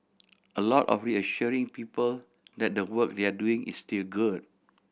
a lot of reassuring people that the work they're doing is still good